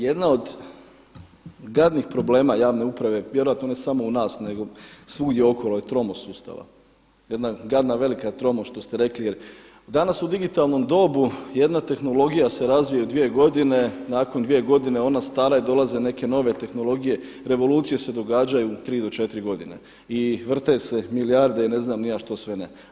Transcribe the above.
Jedna od gadnih problema javne uprave, vjerojatno ne samo u nas nego svugdje okolo je tromost sustava, jedna velika gadna tromost što ste rekli jer danas u digitalnom dobu jedna tehnologija se razvije u dvije godine, nakon dvije godine ona je stara i dolaze neke nove tehnologije, revolucije se događaju tri do četiri godine i vrte se milijarde i ne znam ni ja što sve ne.